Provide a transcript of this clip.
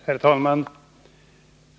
Herr talman!